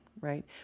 right